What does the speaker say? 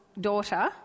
daughter